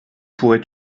pourrais